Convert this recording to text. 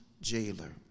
jailer